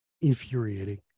infuriating